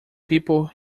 people